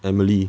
emily